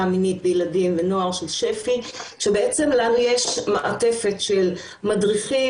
מינית בילדים נוער שהוא שפ"י שבעצם לנו יש מעטפת של מדריכים